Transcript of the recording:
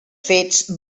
fets